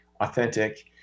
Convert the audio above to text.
authentic